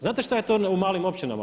Znate što je to u malim općinama?